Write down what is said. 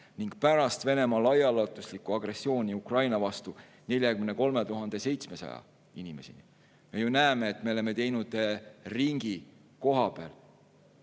ning pärast Venemaa laiaulatuslikku agressiooni Ukraina vastu 43 700 inimeseni. Me ju näeme, et me oleme teinud ringi kohapeal